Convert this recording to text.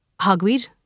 hogweed